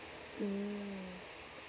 mm